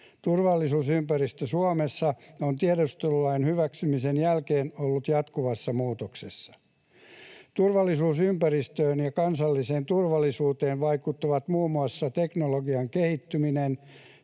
Turvallisuusympäristö on Suomessa ollut tiedustelulain hyväksymisen jälkeen jatkuvassa muutoksessa. Turvallisuusympäristöön ja kansalliseen turvallisuuteen vaikuttavat muun muassa teknologian kehittyminen,